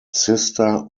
sister